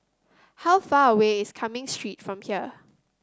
how far away is Cumming Street from here